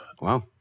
Wow